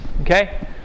okay